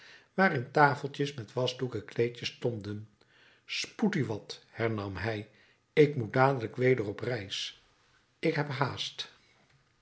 waarin tafeltjes met wasdoeken kleedjes stonden spoed u wat hernam hij ik moet dadelijk weder op reis ik heb haast